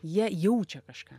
jie jaučia kažką